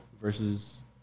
versus